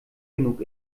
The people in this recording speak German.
genug